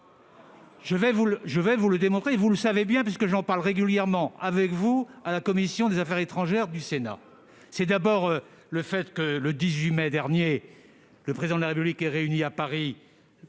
Je vais vous le démontrer, mais vous le savez bien, puisque j'en parle régulièrement avec vous à la commission des affaires étrangères du Sénat. D'abord, le 18 mai dernier, le Président de la République a réuni à Paris